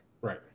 Right